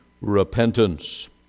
repentance